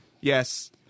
Yes